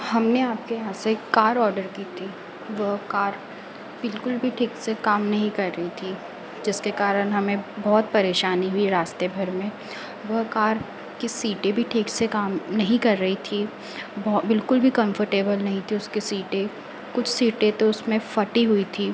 हमने आपके यहाँ से एक कार ऑडर की थी वह कार बिल्कुल भी ठीक से काम नहीं कर रही थी जिसके कारण हमें बहुत परेशानी हुई रास्ते भर में वह कार की सीटें भी ठीक से काम नहीं कर रही थी वह बिल्कुल भी कम्फ़र्टेबल नहीं थी उसकी सीटें कुछ सीटें तो उसमें फटी हुई थी